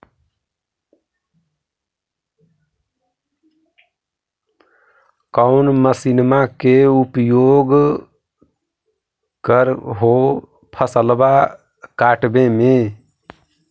कौन मसिंनमा के उपयोग कर हो फसलबा काटबे में?